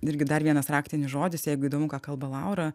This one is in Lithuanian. irgi dar vienas raktinis žodis jeigu įdomu ką kalba laura